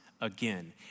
again